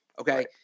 Okay